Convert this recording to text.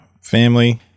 Family